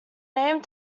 name